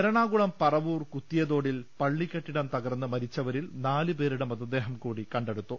എറണാകുളം പറവൂർ കുത്തിയതോടിൽ പള്ളിക്കെട്ടിടം തകർന്ന് മരിച്ചവരിൽ നാല് പേരുടെ മൃതദേഹം കൂടി കണ്ടെടുത്തു